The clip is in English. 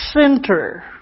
center